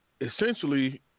Essentially